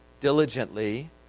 diligently